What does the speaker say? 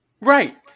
Right